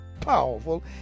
powerful